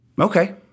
okay